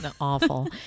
Awful